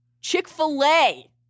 Chick-fil-A